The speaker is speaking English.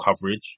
coverage